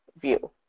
view